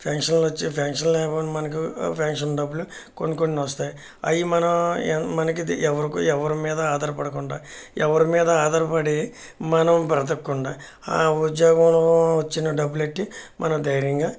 పెన్షన్లు వచ్చే ఫెన్షన్ లేకపోవడం మనకు ఫెన్షన్ డబ్బులు కొన్ని కొన్ని వస్తాయి అవి మనం మనకిది ఎవరుకు ఎవరిమీద ఆధారపడకుండా ఎవరిమీద ఆధారపడి మనం బ్రతకకుండా ఆ ఉద్యోగంలో వచ్చిన డబ్బులెట్టి మనం ధైర్యంగా